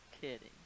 kidding